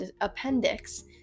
appendix